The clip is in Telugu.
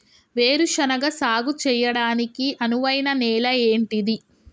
వేరు శనగ సాగు చేయడానికి అనువైన నేల ఏంటిది?